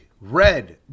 Red